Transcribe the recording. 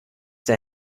der